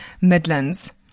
Midlands